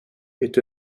est